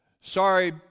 sorry